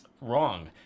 wrong